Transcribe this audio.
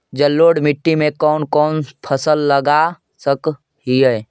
जलोढ़ मिट्टी में कौन कौन फसल लगा सक हिय?